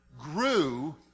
grew